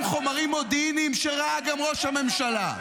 חומרים מודיעיניים שראה גם ראש הממשלה.